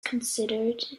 considered